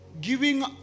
giving